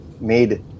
made